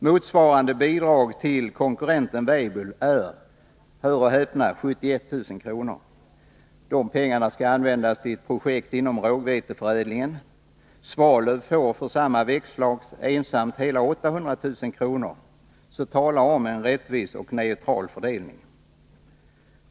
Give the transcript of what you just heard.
Motsvarande bidrag till konkurrenten Weibull är — hör och häpna — 71 000 kr. Dessa pengar skall användas till projekt inom rågveteförädlingen. Svalöf får för samma växtslag hela 800 000 kr., så tala om en rättvis och neutral fördelning!